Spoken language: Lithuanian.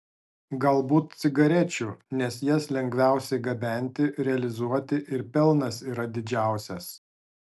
galbūt cigarečių nes jas lengviausia gabenti realizuoti ir pelnas yra didžiausias